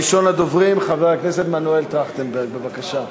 ראשון הדוברים, חבר הכנסת מנואל טרכטנברג, בבקשה.